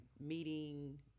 meeting